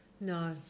No